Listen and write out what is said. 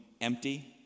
empty